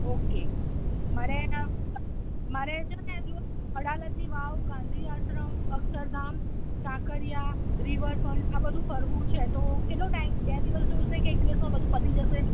okay મારે મારે છે ને જુઓ અડાલજની વાવ ગાંધી આશ્રમ અક્ષરધામ કાંકરિયા રિવરફ્રન્ટ આ બધું ફરવું છે તો કેટલો ટાઈમ બે દિવસ જોઇશે કે એક જ દિવસમાં બધું પતી જશે